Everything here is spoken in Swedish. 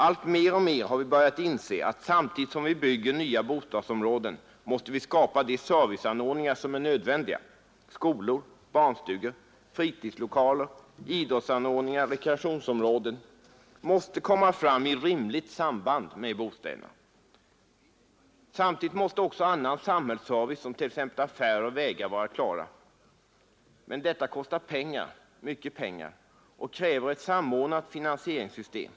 Allt mer och mer har vi börjat inse att samtidigt som vi bygger nya bostadsområden måste vi skapa de serviceanord ningar som är nödvändiga. Skolor, barnstugor, fritidslokaler, idrottsanordningar, rekreationsområden måste komma fram i rimligt samband med bostäderna. Samtidigt måste också annan samhällsservice som t.ex. affärer och vägar vara klara. Men detta kostar pengar, mycket pengar, och kräver ett samordnat finansieringssystem.